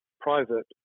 private